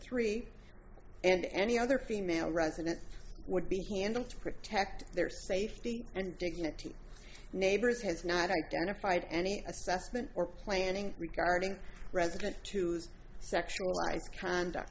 three and any other female residents would be handled to protect their safety and dignity neighbors has not identified any assessment or planning regarding residence to the sexual conduct